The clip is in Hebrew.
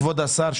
כבוד השר,